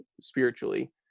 spiritually